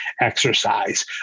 exercise